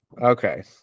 Okay